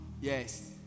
yes